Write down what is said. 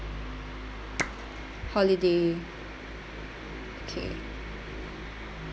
holiday okay